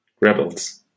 Rebels